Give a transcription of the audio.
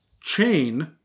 chain